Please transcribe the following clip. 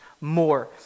more